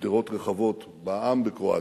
שדרות רחבות בעם בקרואטיה,